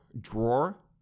Drawer